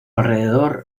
alrededor